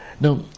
Now